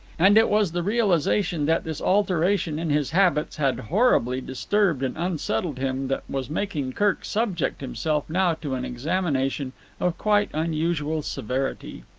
and it was the realization that this alteration in his habits had horribly disturbed and unsettled him that was making kirk subject himself now to an examination of quite unusual severity.